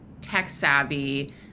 tech-savvy